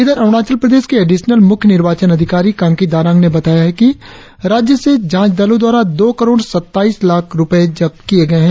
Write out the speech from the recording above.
इधर अरुणाचल प्रदेश के एडिशनल मुख्य निर्वाचन अधिकारी कांकी दारांग ने बताया कि राज्यभर से जांच दलों द्वारा दो करोड़ सत्ताईस लाख रुपए जब्त किये गए है